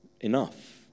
enough